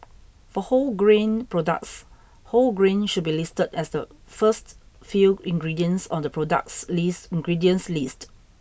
for wholegrain products whole grain should be listed as the first few ingredients on the product's list ingredients list